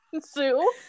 sue